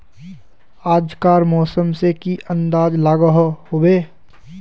आज कार मौसम से की अंदाज लागोहो होबे?